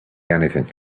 anything